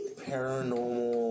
paranormal